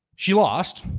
she lost.